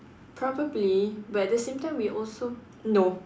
probably but at the same time we also no